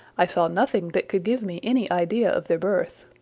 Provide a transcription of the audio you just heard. i saw nothing that could give me any idea of their birth.